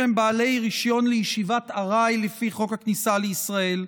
אנשים שהם בעלי רישיון לישיבת ארעי לפי חוק הכניסה לישראל,